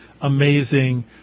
amazing